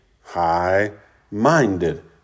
high-minded